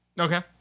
Okay